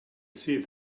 see